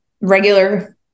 regular